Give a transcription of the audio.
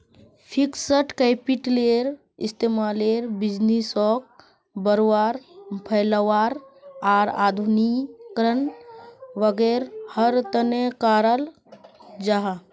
fixed कैपिटलेर इस्तेमाल बिज़नेसोक बढ़ावा, फैलावार आर आधुनिकीकरण वागैरहर तने कराल जाहा